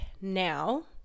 now